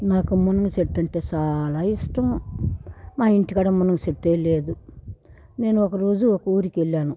నాకు మునగ చెట్టు అంటే చాలా ఇష్టము మా ఇంటి కాడ మునగ చెట్టే లేదు నేను ఒక రోజు ఒక ఊరికెళ్ళాను